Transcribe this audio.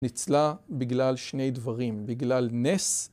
נצלה בגלל שני דברים. בגלל נס